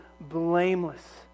blameless